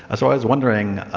ah so i was wondering,